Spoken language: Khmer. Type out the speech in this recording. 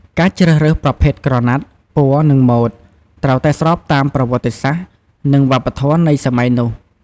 ការជ្រើសរើសប្រភេទក្រណាត់ ពណ៌ និងម៉ូដ ត្រូវតែស្របតាមប្រវត្តិសាស្ត្រ និងវប្បធម៌នៃសម័យនោះ ។